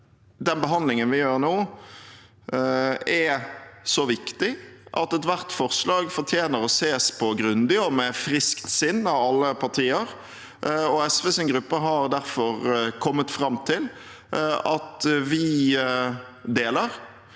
den behandlingen vi gjør nå, er så viktig at ethvert forslag fortjener å ses på grundig og med friskt sinn av alle partier. SVs gruppe har derfor kommet fram til at vi deler